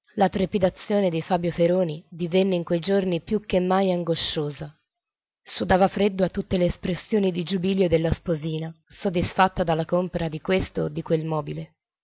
la trepidazione di fabio feroni divenne in quei giorni più che mai angosciosa sudava freddo a tutte le espressioni di giubilo della sposina soddisfatta della compera di questo o di quel mobile